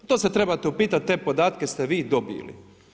To se trebate upitati, te podatke ste vi dobili.